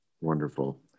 Wonderful